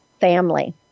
family